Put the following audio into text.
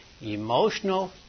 emotional